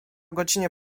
godzinie